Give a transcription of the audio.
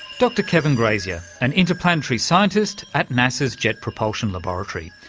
dr kevin grazier, an interplanetary scientist at nasa's jet propulsion laboratory,